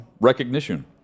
recognition